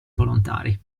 volontari